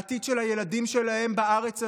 לעתיד של הילדים שלהם בארץ הזאת.